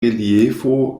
reliefo